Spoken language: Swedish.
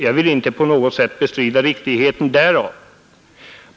Jag vill inte på något sätt bestrida riktigheten därav.